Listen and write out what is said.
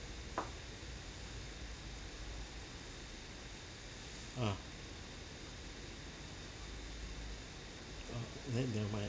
ah oh then never mind